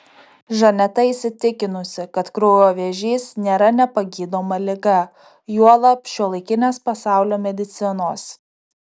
žaneta įsitikinusi kad kraujo vėžys nėra nepagydoma liga juolab šiuolaikinės pasaulio medicinos